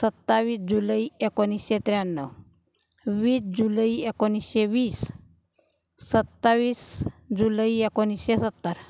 सत्तावीस जुलै एकोणीसशे त्र्याण्णव वीस जुलै एकोणीसशे वीस सत्तावीस जुलै एकोणीसशे सत्तर